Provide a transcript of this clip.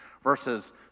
versus